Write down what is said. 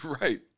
Right